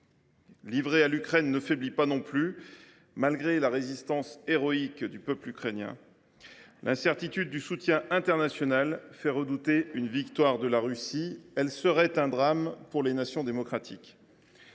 livre à l’Ukraine ne faiblit pas non plus. Malgré la résistance héroïque du peuple ukrainien, l’incertitude du soutien international fait redouter une victoire de la Russie. Celle ci serait un drame pour les Nations démocratiques.